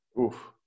Oof